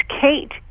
Kate